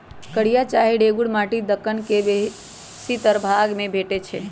कारिया चाहे रेगुर माटि दक्कन के बेशीतर भाग में भेटै छै